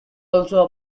also